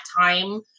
time